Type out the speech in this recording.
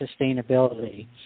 sustainability